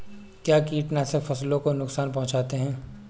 क्या कीटनाशक फसलों को नुकसान पहुँचाते हैं?